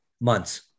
Months